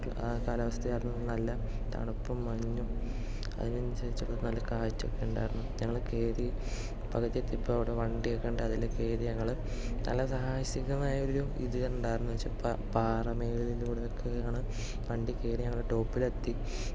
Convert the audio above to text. ആ കാലാവസ്ഥ ആയിരുന്നു നല്ല തണുപ്പും മഞ്ഞും അതിനനുസരിച്ച് നല്ല കാറ്റുമുണ്ടായിരുന്നു ഞങ്ങൾ കയറി പകുതി എത്തിയപ്പോൾ അവിടെ വണ്ടിയൊക്കെ ഉണ്ട് അതിൽ കയറി ഞങ്ങൾ പല സാഹസികാമായ ഒരിതുണ്ടായിരുന്നു എന്നുവെച്ചാൽ പാറമേലേക്കൂടെയായിരുന്നു വണ്ടി കയറി ഞങ്ങൾ ടോപ്പിൽ എത്തി